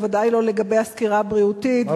בוודאי לא לגבי הסקירה הבריאותית,